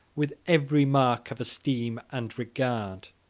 with every mark of esteem and regard.